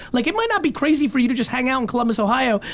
like it might not be crazy for you to just hang out in columbus, ohio,